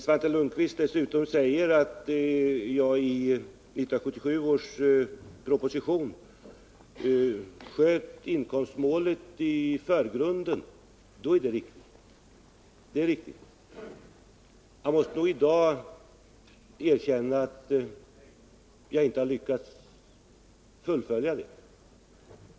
Svante Lundkvist säger också att jag i 1977 års proposition sköt inkomstmålet i förgrunden, och det är riktigt. Jag måste nog i dag erkänna att jag inte lyckats fullfölja dessa intentioner.